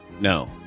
No